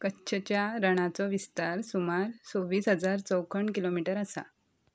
कच्छच्या रणाचो विस्तार सुमार सव्वीस हजार चौखण किलोमिटर आसा